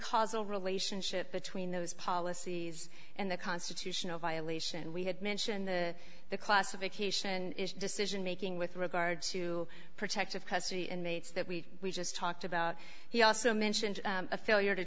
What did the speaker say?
causal relationship between those policies and the constitutional violation we had mentioned the the classification is decision making with regard to protective custody inmates that we just talked about he also mentioned a failure to